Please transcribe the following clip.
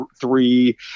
three